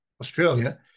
Australia